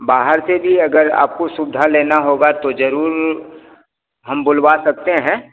बाहर से भी अगर आपको सुविधा लेनी होगी तो ज़रूर हम बुलवा सकते हैं